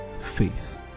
faith